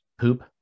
poop